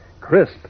Crisp